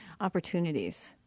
opportunities